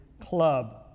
club